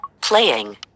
Playing